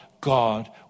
God